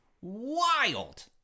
Wild